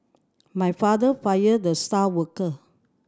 my father fired the star worker